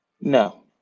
No